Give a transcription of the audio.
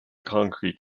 concrete